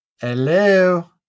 Hello